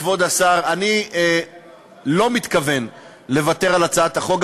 וכבוד השר, אני לא מתכוון לוותר על הצעת החוק.